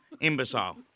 Imbecile